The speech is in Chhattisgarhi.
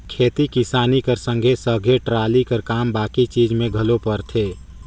खेती किसानी कर संघे सघे टराली कर काम बाकी चीज मे घलो परथे